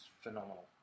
phenomenal